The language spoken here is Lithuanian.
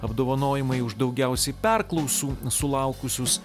apdovanojimai už daugiausiai perklausų sulaukusius